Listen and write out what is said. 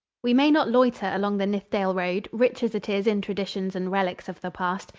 we may not loiter along the nithdale road, rich as it is in traditions and relics of the past.